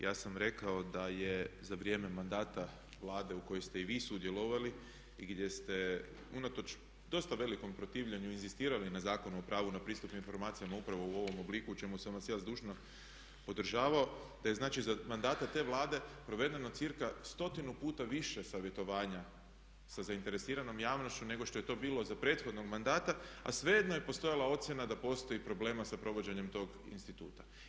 Ja sam rekao da je za vrijeme mandata Vlade u kojoj ste i vi sudjelovali i gdje ste unatoč dosta velikom protivljenju inzistirali na Zakonu o pravu na pristup informacijama upravo u ovom obliku o čemu sam vas ja zdušno podržavao, te je znači za mandata te Vlade provedeno cirka stotinu puta više savjetovanja sa zainteresiranom javnošću nego što je to bilo za prethodnog mandata, a svejedno je postojala ocjena da postoji problema sa provođenjem tog instituta.